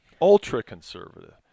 ultra-conservative